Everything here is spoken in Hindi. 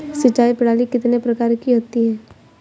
सिंचाई प्रणाली कितने प्रकार की होती है?